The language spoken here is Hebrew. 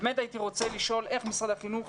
באמת הייתי רוצה לשאול איך משרד החינוך